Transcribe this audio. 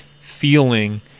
feeling